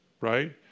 right